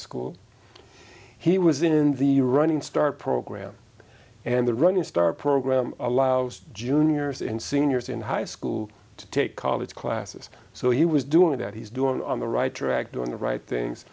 school he was in the running start program and the running start program allows juniors and seniors in high school to take college classes so he was doing that he's doing on the right track doing the right things